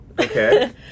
okay